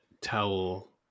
towel